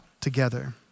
together